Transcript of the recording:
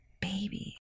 baby